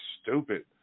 stupid